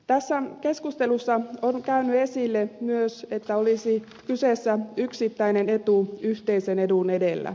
tässä keskustelussa on käynyt esille myös että olisi kyseessä yksittäinen etu yhteisen edun edellä